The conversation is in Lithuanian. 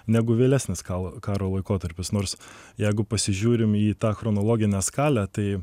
negu vėlesnis gal karo laikotarpis nors jeigu pasižiūrim į tą chronologinę skalę tai